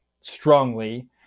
strongly